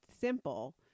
simple